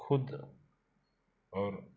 खुद और